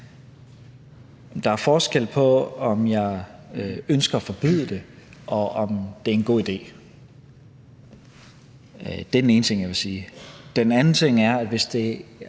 Der er forskel på, om jeg ønsker at forbyde det, og om det er en god idé. Det er den ene ting, jeg vil sige. Den anden ting er, i forhold til